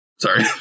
Sorry